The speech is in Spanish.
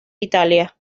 italia